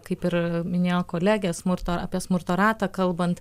kaip ir minėjo kolegė smurto apie smurto ratą kalbant